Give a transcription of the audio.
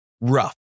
rough